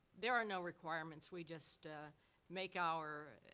there are no requirements. we just make our.